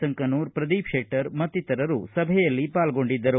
ಸಂಕನೂರ ಪ್ರದೀಪ ಶೆಟ್ಟರ್ ಮತ್ತಿತರರು ಸಭೆಯಲ್ಲಿ ಪಾಲ್ಗೊಂಡಿದ್ದರು